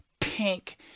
pink